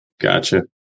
Gotcha